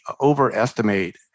overestimate